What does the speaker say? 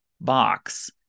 box